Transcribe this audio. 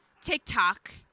TikTok